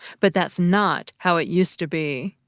but that's not how it used to be.